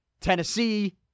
Tennessee